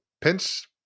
pinch